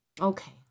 Okay